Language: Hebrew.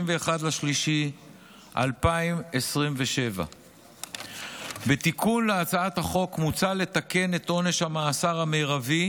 במרץ 2027. בתיקון להצעת החוק מוצע לתקן את עונש המאסר המרבי,